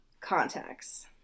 contacts